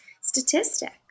statistic